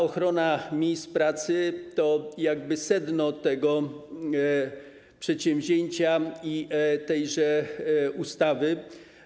Ochrona miejsc pracy to jakby sedno tego przedsięwzięcia i tejże ustawy.